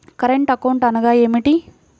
Current account అనగా ఏమిటి?